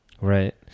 Right